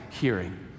hearing